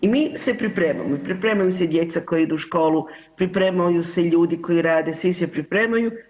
I mi se pripremamo i pripremaju se djeca koja idu u školu, pripremaju se ljudi koji rade, svi se pripremaju.